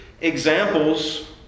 examples